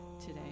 today